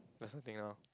or something else